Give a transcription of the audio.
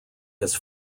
his